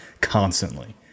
constantly